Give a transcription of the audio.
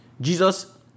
Jesus